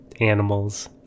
Animals